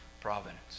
providence